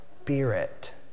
spirit